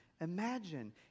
imagine